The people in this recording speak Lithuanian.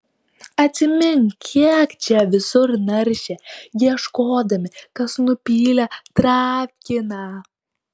atsimink kiek čia visur naršė ieškodami kas nupylė travkiną